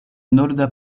norda